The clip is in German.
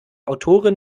autorin